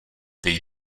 teď